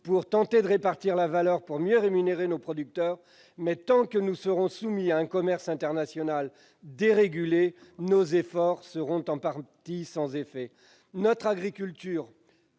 pour tenter de répartir la valeur et de mieux rémunérer nos producteurs, mais, tant que nous serons soumis à un commerce international dérégulé, nos efforts seront en partie sans effet. Notre agriculture,